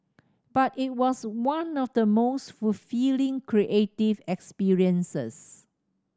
but it was one of the most fulfilling creative experiences